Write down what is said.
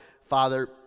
father